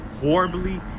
horribly